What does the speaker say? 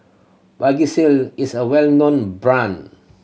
Vagisil is a well known brand